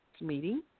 meeting